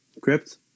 Crypt